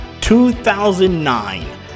2009